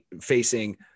facing